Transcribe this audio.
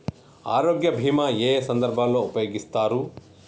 ఆరోగ్య బీమా ఏ ఏ సందర్భంలో ఉపయోగిస్తారు?